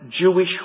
Jewish